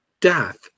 death